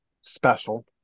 special